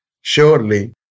surely